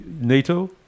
NATO